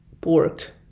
pork